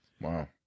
Wow